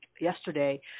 yesterday